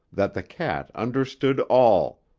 that the cat understood all,